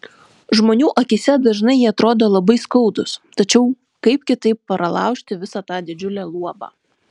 žmonių akyse dažnai jie atrodo labai skaudūs tačiau kaip kitaip pralaužti visa tą didžiulę luobą